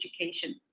education